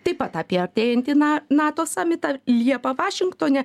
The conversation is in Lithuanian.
taip pat apie artėjantį na nato samitą liepą vašinktone